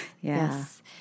yes